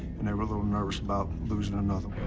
and they were a little nervous about losing another